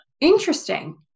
interesting